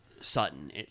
sutton